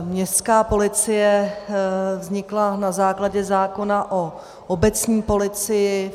Městská policie vznikla na základě zákona o obecní policii.